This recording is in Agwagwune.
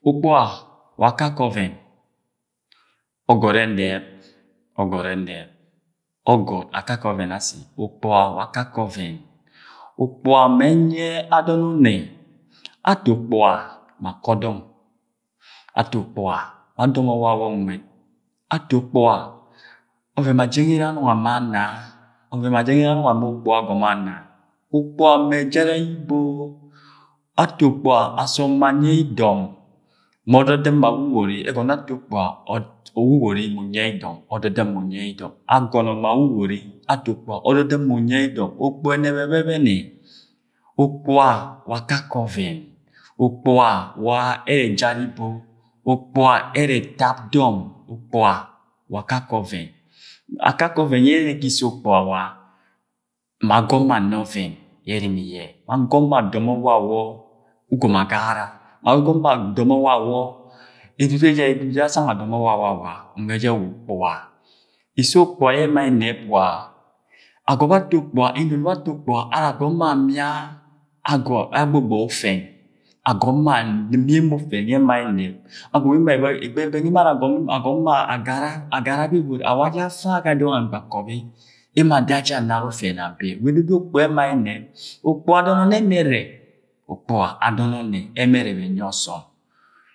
Okpuga wa akakẹ ọvẹn, ọgọd ẹnẹb, ọgọd ẹnẹp, ọgọd ẹnẹp, ọgọd akake ọvn asi okpuga wa akakẹ oven, okpuga mẹ ẹnyiẹ adọn ọnnẹ, ato okpuga ma akọ dọng, ato okpuga ma adọmo wawọ nwẹd, ato okpuga ọvẹn ma jẹng ere yẹ anung ama ana, ọvẹn ma jẹng ere ye anung ama okpuga agọm ama, ato okpuga asọm ma ajara yẹ ibo, ato okpuga asọm ma anyiẹ idọm ma ọdọdɉm ma wuwori ẹgọna ato okpuga wuwori mu unyiẹ idọm ọdọdɉm mu unyiẹ idọm agọnọ ma wuwori ọdọdɉm mu unyiẹ idọm okpuga ẹnẹp ẹbẹbẹnẹ okpuga wa akakẹ ọvẹn, okpuga wa ẹrẹ ejara ibo, okpuga ẹrẹ ẹtab dọng, okpuga wa akakẹ ọvẹn, akakẹ ọvẹn yẹ ere ga issẹ okpuga wa, ma agọm mọ ana ọvẹn yẹ ẹrimi yẹ ma agọm mọ adọmọ wawọ ugọm agagara ma agọm mọ adọmọ wawọ ẹdudu ẹjara ẹdudu yẹ asang adọmọ wawọ awa nwẹ jẹ wa ukpuga, issẹ ukpuga ema ẹnẹp wa agọb ato ukpuga, inum bẹ ato ukpuga ara agọm mọ amia agọd, agbogboi ufẹn, agọm mọ anɉm emo ufẹn yẹ ẹma ẹnẹp, agọm mọ ẹgbẹ bẹng agara be bori awa aja afẹn ga dọng ngbakọbi emo ada ajẹ anara ufẹn abe, wa ẹdudu yu ukpuga ẹma ene be, ukpuga adọn ọnnẹ ẹmẹ ẹrẹb, ukpuga adọn ọnnẹ ẹmẹ ẹrẹbẹ ẹnyi ọsọm.